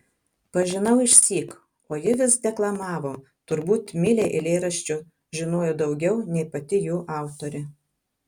pažinau išsyk o ji vis deklamavo turbūt milei eilėraščių žinojo daugiau nei pati jų autorė